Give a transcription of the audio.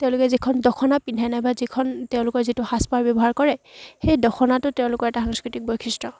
তেওঁলোকে যিখন দখনা পিন্ধে নাইবা যিখন তেওঁলোকৰ যিটো সাজ পাৰ ব্যৱহাৰ কৰে সেই দখনাটো তেওঁলোকৰ এটা সাংস্কৃতিক বৈশিষ্ট্য